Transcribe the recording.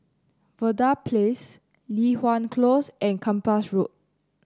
Verde Place Li Hwan Close and Kempas Road